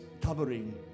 covering